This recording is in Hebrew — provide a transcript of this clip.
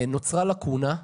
נוצרה לקונה,